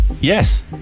Yes